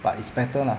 but it's better lah